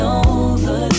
over